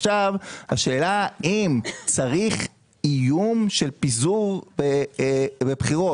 לגבי השאלה האם צריך איום בפיזור בבחירות,